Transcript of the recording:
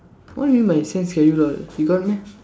what do you mean by he send schedule all he got meh